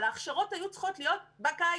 אבל ההכשרות היו צריכות להיות בקיץ,